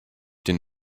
den